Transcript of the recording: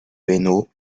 hainaut